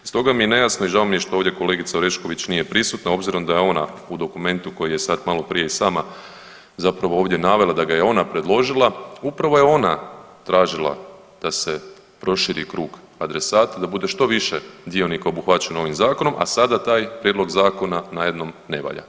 Stoga mi je nejasno i žao mi je što ovdje kolegica Orešković nije prisutna obzirom da je ona u dokumentu koji je sada malo prije sama zapravo ovdje navela da ga je ona predložila, upravo je ona tražila da se proširi krug adresata da bude što više dionika obuhvaćeno ovim zakonom, a sada taj Prijedlog zakona na jednom ne valja.